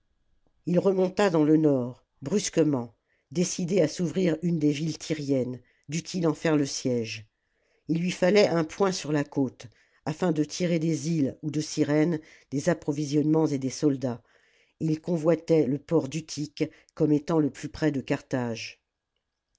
ii remonta dans le nord brusquement décidé à s'ouvrir une des villes tyriennes dût-il en faire le siège il lui fallait un point sur la côte afin de tirer des îles ou de cyrène des approvisionnements et des soldats et il convoitait le port d'utique comme étant le plus près de carthage